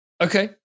Okay